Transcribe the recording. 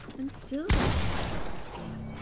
and still they were above the sea,